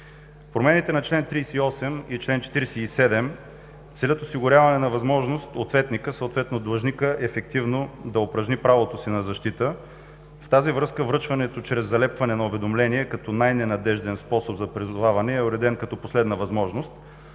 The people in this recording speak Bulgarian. Промените на чл. 38 и чл. 47 целят осигуряване на възможност ответникът, съответно длъжникът, ефективно да упражни правото си на защита. В тази връзка, връчването чрез залепване на уведомление, като най-ненадежден способ за призоваване, е уреден като последна възможност.